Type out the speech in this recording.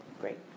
great